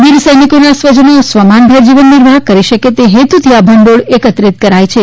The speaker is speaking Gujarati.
વીર સૈનિકોના સ્વમાનભેર જીવન નિર્વાહ કરી શકે તે હેતુથી આ ભંડોળ એકત્રિત કરાય છે